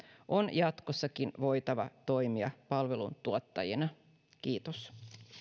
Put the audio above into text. on jatkossakin voitava toimia palveluntuottajina kiitos